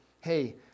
hey